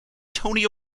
tony